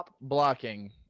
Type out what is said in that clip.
blocking